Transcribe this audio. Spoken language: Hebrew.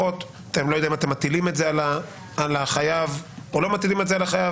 אני לא יודע אם אתם מטילים על החייב או לא מטילים את זה על החייב,